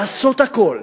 לעשות הכול.